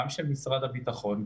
גם של משרד הביטחון,